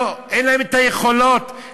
אין להם היכולות,